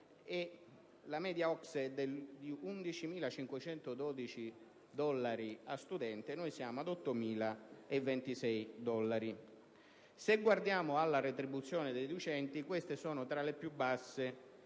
la media OCSE è di 11.512 dollari a studente, noi siamo ad 8.026 dollari. Se guardiamo alle retribuzioni dei docenti italiani, sono tra le più basse